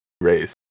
race